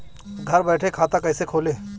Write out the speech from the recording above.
घर बैठे खाता कैसे खोलें?